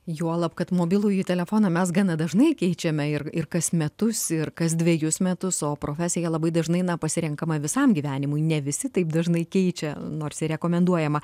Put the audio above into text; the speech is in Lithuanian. juolab kad mobilųjį telefoną mes gana dažnai keičiame ir ir kas metus ir kas dvejus metus o profesija labai dažnai na pasirenkama visam gyvenimui ne visi taip dažnai keičia nors ir rekomenduojama